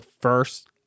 first